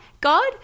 God